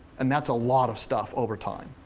and that's a lot of stuff over time.